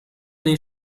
dei